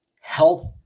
health